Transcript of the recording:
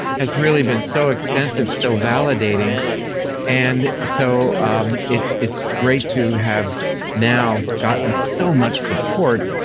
has really been so extensive, so validating and so um it's it's great to have now gotten so much support.